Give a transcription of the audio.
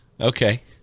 okay